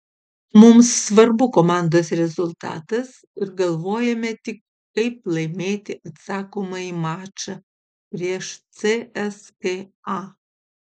mums svarbu komandos rezultatas ir galvojame tik kaip laimėti atsakomąjį mačą prieš cska